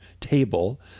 table